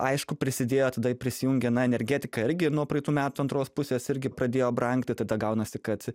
aišku prisidėjo tada prisijungė na energetika irgi nuo praeitų metų antros pusės irgi pradėjo brangti tada gaunasi kad